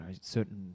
certain